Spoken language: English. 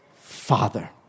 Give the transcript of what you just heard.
Father